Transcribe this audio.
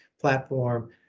platform